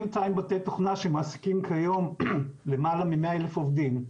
בתי תוכנה שמעסיקים כיום למעלה מ-100,000 עובדים,